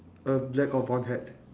a black or brown hat